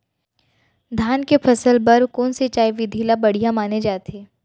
धान के फसल बर कोन सिंचाई विधि ला बढ़िया माने जाथे?